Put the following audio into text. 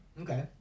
okay